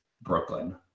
Brooklyn